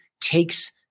takes